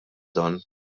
dan